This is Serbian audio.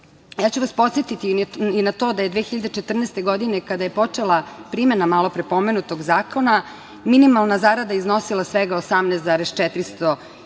ću vas podsetiti i na to da je 2014. godine, kada je počela primena malopre pomenutog zakona, minimalna zarada iznosila svega 18.400